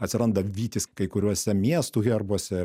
atsiranda vytis kai kuriuose miestų herbuose